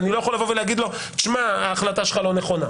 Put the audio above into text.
אני לא יכול לבוא ולהגיד לו: ההחלטה שלך לא נכונה.